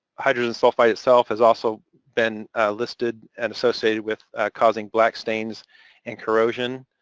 hydrogen sulfide itself has also been listed and associated with causing black stains and corrosion.